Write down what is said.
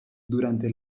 durante